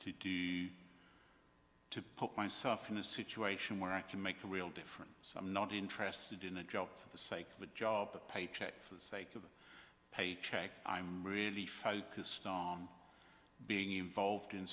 to do to put myself in a situation where i can make a real difference so i'm not interested in a job for the sake of a job paycheck for the sake of a paycheck i'm really focused on being involved in